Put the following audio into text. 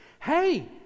Hey